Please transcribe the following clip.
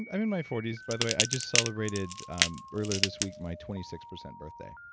i'm in my forty s. by the way, i just celebrated earlier this week my twenty six percent birthday